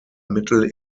mittel